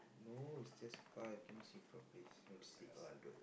no is just five can you see properly please not six